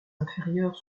inférieurs